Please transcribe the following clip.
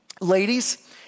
Ladies